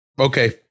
okay